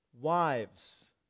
wives